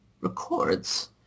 records